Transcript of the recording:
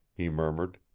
he murmured.